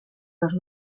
els